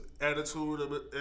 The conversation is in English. attitude